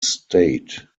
state